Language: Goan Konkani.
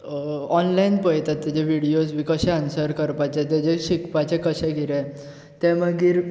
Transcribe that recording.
ऑनलायन पळयतात तेजे विडयोज बी कशें आन्सर करपाचें तेजें शिकपाचें कशें कितें ते मागीर